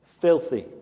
filthy